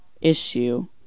Issue